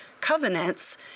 covenants